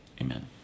Amen